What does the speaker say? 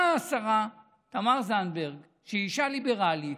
באה השרה תמר זנדברג, שהיא אישה ליברלית,